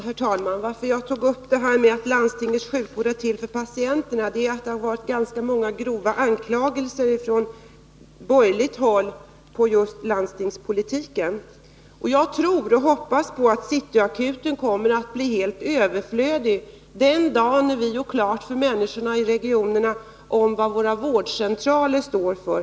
Herr talman! Anledningen till att jag sade att landstingens sjukvård är till för patienterna var att det från borgerligt håll förekommit ganska många grova anklagelser mot just landstingspolitiken. Jag tror och hoppas på att City Akuten kommer att bli helt överflödig den dag vi gjort klart för människorna i regionen vad våra vårdcentraler står för.